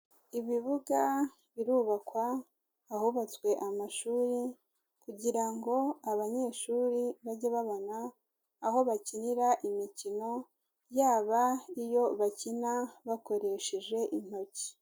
Ibibuga birubakwa ahubatswe amashuri, kugira ngo abanyeshuri bajye babona aho bakinira imikino, yaba iyo bakina bakoresheje intoki.